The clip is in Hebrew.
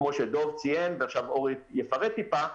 כמו שדב ציין ועכשיו אורי יפרט טיפה,